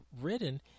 written